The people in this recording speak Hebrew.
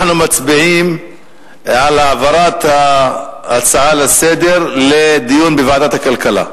אנחנו מצביעים על העברת ההצעה לסדר-היום לדיון בוועדת הכלכלה.